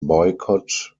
boycott